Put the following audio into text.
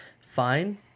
fine